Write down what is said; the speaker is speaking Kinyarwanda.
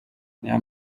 niyo